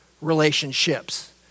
relationships